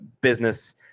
business